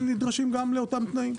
הם נדרשים גם לאותם תנאים,